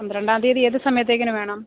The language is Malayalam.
പന്ത്രണ്ടാം തീയ്യതി ഏതു സമയത്തേക്കിന് വേണം